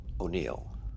O'Neill